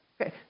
Okay